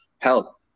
help